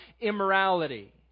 immorality